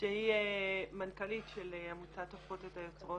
שהיא מנכ"לית של עמותת הופכות את היוצרות,